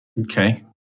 Okay